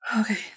Okay